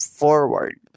forward